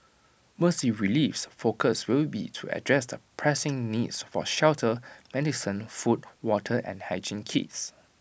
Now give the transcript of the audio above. Mercy Relief's focus will be to address the pressing needs for shelter medicine food water and hygiene kits